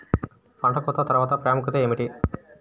పంట కోత తర్వాత ప్రాముఖ్యత ఏమిటీ?